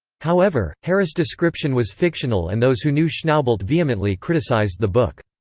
however, harris's description was fictional and those who knew schnaubelt vehemently criticized the book.